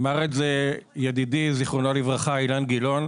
אמר את זה ידידי ז"ל אילן גילאון.